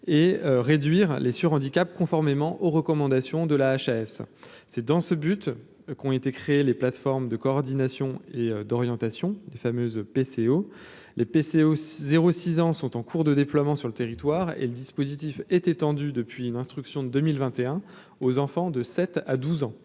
et réduire les sur-handicap conformément aux recommandations de la HAS c'est dans ce but qu'ont été créés les plateformes de coordination et d'orientation des fameuses PCO les PC au zéro six ans sont en cours de déploiement sur le territoire et le dispositif était tendue depuis une instruction de 2021 aux enfants de 7 à 12 ans